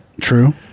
True